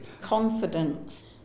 Confidence